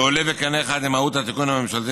ועולה בקנה אחד עם מהות התיקון הממשלתי